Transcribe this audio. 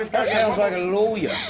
that sounds like a lawyer.